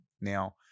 now